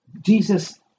Jesus